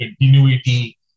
continuity